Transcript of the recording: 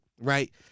right